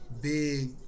big